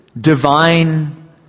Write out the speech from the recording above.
divine